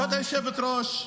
כבוד היושבת-ראש,